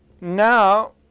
Now